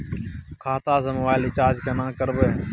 खाता स mobile recharge केना करबे?